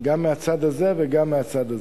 גם מהצד הזה וגם מהצד הזה.